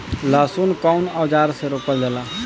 लहसुन कउन औजार से रोपल जाला?